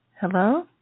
Hello